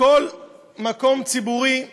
כל מקום ציבורי.